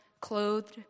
clothed